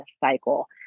cycle